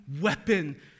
weapon